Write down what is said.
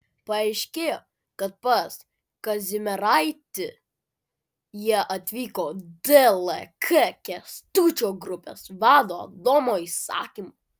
paaiškėjo kad pas kazimieraitį jie atvyko dlk kęstučio grupės vado adomo įsakymu